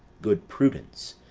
good prudence.